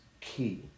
key